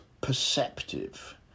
perceptive